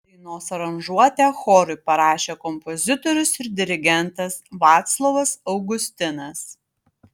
dainos aranžuotę chorui parašė kompozitorius ir dirigentas vaclovas augustinas